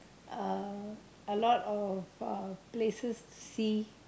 uh a lot of uh places to see